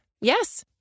Yes